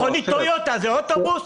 מכונית טויוטה זה אוטובוס?